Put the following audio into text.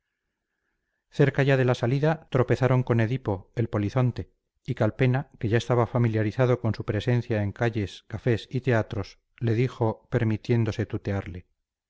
cerca ya de la salida tropezaron con edipo el polizonte y calpena que ya estaba familiarizado con su presencia en calles cafés y teatros le dijo permitiéndose tutearle